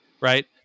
right